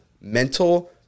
mental